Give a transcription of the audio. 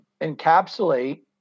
encapsulate